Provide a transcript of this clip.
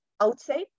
outside